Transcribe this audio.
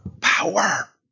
power